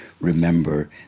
remember